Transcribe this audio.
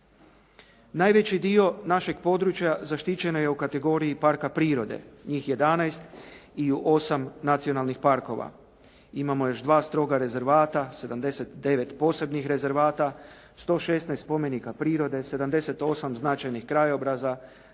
Najveći dio našeg područja zaštićeno je u kategoriji parka prirode, njih 11 i 8 nacionalni parkova. Imamo još 2 stroga rezervata, 79 posebnih rezervata, 116 spomenika prirode, 78 značajnih krajobraza,